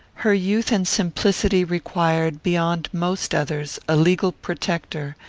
her youth and simplicity required, beyond most others, a legal protector,